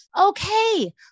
Okay